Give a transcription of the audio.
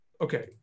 okay